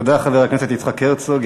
תודה לחבר הכנסת יצחק הרצוג.